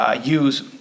use